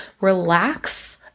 relax